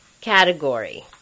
category